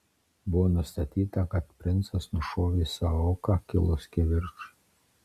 buvo nustatyta kad princas nušovė savo auką kilus kivirčui